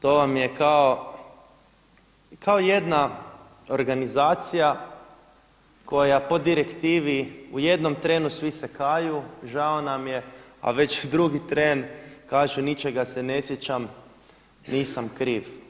To vam je kao jedna organizacija koja po direktivi u jednom trenu svi se kaju, žao nam je, a već drugi tren kažu ničega se ne sjećam, nisam kriv.